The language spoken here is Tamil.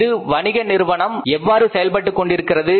இது வணிக நிறுவனம் எவ்வாறு செயல்பட்டுக் கொண்டிருக்கின்றது